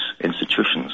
institutions